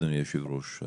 אדוני היושב-ראש,